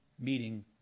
meeting